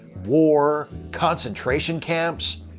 war, concentration camps.